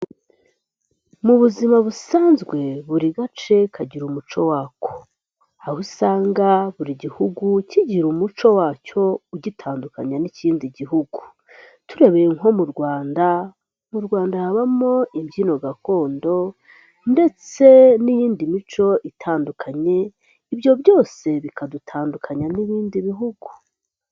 Mu buzima busanzwe, buri gace kagira umuco wako, aho usanga buri gihugu kigira umuco wacyo ugitandukanya n'ikindi gihugu, turebeye nko mu Rwanda, mu Rwanda habamo imbyino gakondo ndetse n'iyindi mico itandukanye, ibyo byose bikadutandukanya n'ibindi bihugu.